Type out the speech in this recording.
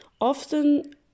often